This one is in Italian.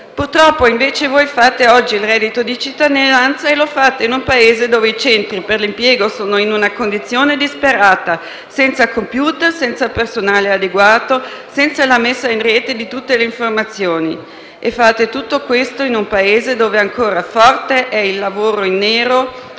Purtroppo, invece, voi introducete oggi il reddito di cittadinanza e lo fate in un Paese in cui i centri per l'impiego sono in una condizione disperata, senza *computer*, personale adeguato e la messa in rete di tutte le informazioni. Fate tutto questo in un Paese dove ancora forte è il lavoro in nero e, prima,